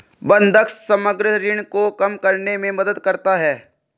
बंधक समग्र ऋण को कम करने में मदद करता है